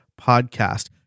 podcast